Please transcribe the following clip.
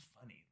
funny